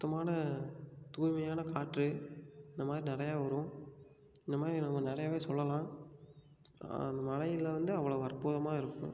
சுத்தமான தூய்மையான காற்று இந்தமாதிரி நிறையா வரும் இந்தமாதிரி நாங்கள் நிறையாவே சொல்லலாம் மலையில் வந்து அவ்ளவு அற்புதமாக இருக்கும்